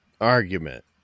argument